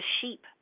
sheep